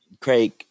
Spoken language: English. Craig